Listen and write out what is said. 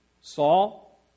Saul